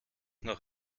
noch